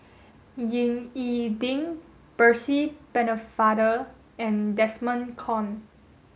Ying E Ding Percy Pennefather and Desmond Kon